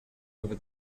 over